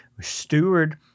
steward